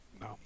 No